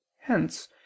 hence